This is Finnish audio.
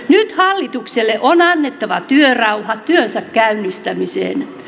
nyt hallitukselle on annettava työrauha työnsä käynnistämiseen